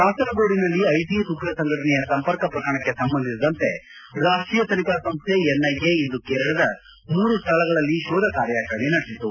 ಕಾಸರಗೂಡಿನಲ್ಲಿ ISIS ಉಗ್ರ ಸಂಘಟನೆಯ ಸಂಪರ್ಕ ಪ್ರಕರಣಕ್ಕೆ ಸಂಬಂಧಿಸಿದಂತೆ ರಾಷ್ಷೀಯ ತನಿಖಾ ಸಂಸ್ಥೆ ಎನ್ಐಎ ಇಂದು ಕೇರಳದ ಮೂರು ಸ್ಥಳಗಳಲ್ಲಿ ಕೋಧ ಕಾರ್ಯಾಚರಣೆ ನಡೆಸಿತು